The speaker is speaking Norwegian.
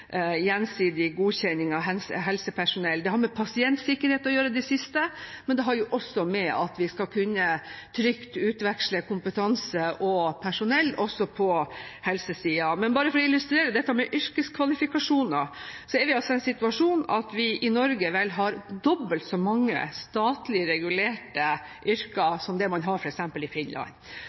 gjensidig godkjenning av helsepersonell. Det siste har med pasientsikkerhet å gjøre, men det har også med at vi trygt skal kunne utveksle kompetanse og personell også på helsesiden. Men bare for å illustrere dette med yrkeskvalifikasjoner: Vi er i en situasjon hvor vi i Norge vel har dobbelt så mange statlig regulerte yrker som det man har f.eks. i Finland.